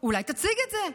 אולי תציג את זה,